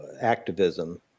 activism